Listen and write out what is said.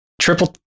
Triple